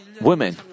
women